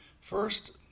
first